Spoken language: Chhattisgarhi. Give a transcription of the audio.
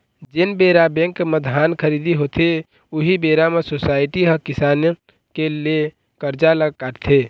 जेन बेरा बेंक म धान खरीदी होथे, उही बेरा म सोसाइटी ह किसान के ले करजा ल काटथे